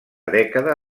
dècada